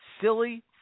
Silly